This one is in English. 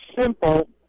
simple